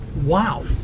Wow